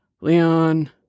Leon